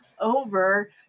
over